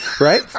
right